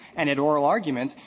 and in oral arguments,